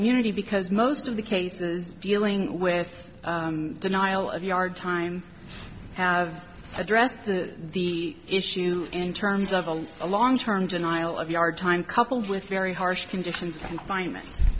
immunity because most of the cases dealing with denial of yard time have addressed the the issue in terms of a a long term denial of yard time coupled with very harsh conditions of confinement